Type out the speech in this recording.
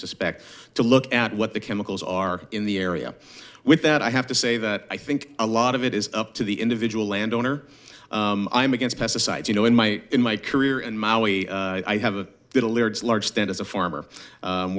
suspect to look at what the chemicals are in the area with that i have to say that i think a lot of it is up to the individual landowner i'm against pesticides you know in my in my career and i have a large stand as a farmer